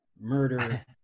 murder